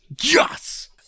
Yes